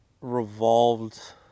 revolved